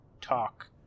talk